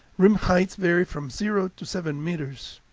rim heights vary from zero to seven meters.